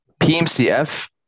PMCF